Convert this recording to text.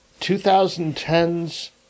2010's